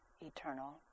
eternal